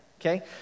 okay